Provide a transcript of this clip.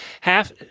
half